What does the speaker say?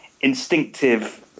instinctive